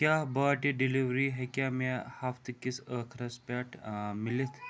کیٛاہ باٹہِ ڈِلِوری ہیٚکیٛاہ مےٚ ہفتہٕ کِس أخرَس پٮ۪ٹھ مِلِتھ